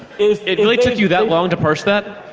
is. it took you that long to pars that?